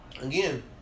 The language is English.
Again